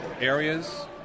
areas